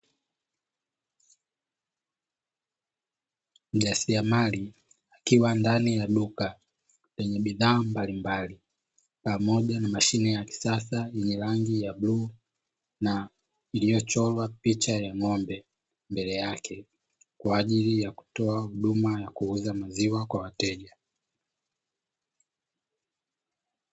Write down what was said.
Mjasiriamali akiwa ndani ya duka lenye bidhaa mbalimbali pamoja na mashine ya kisasa yenye rangi ya bluu na iliyochorwa picha ya ng'ombe mbele yake kwa ajili ya kutoa huduma ya kuuza maziwa kwa wateja.